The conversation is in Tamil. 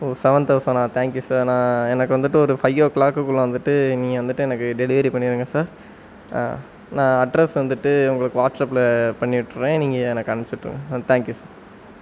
ஓ சவன் தௌசண் ஆ தேங்க்கியூ சார் நான் எனக்கு வந்துவிட்டு ஒரு ஃபை ஓ க்ளாக் உள்ள வந்துவிட்டு நீங்கள் வந்துவிட்டு எனக்கு டெலிவெரி பண்ணிடுங்க சார் நான் அட்ரஸ் வந்துவிட்டு உங்களுக்கு வாட்சப்பில் பண்ணிவிடுறேன் நீங்கள் எனக்கு அனுப்ச்சிவிட்ருங்க ஆ தேங்க்கியூ சார்